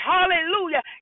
Hallelujah